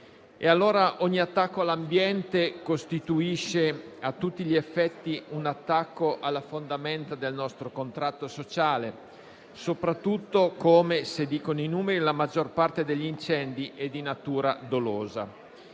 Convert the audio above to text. Ogni attacco all'ambiente costituisce a tutti gli effetti un attacco alle fondamenta del nostro contratto sociale, soprattutto se, come dicono i numeri, la maggior parte degli incendi è di natura dolosa.